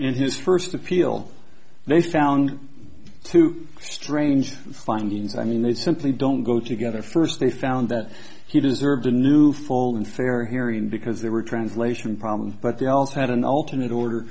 in his first appeal they found two strange findings i mean they simply don't go together first they found that he deserved a new full and fair hearing because there were translation problem but they also had an alternate order